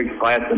class